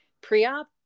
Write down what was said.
pre-op